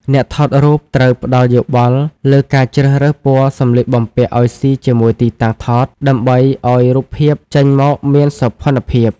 អ្នកថតរូបត្រូវផ្ដល់យោបល់លើការជ្រើសរើសពណ៌សម្លៀកបំពាក់ឱ្យស៊ីជាមួយទីតាំងថត ដើម្បីឱ្យរូបភាពចេញមកមានសោភ័ណភាព។